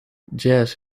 jazz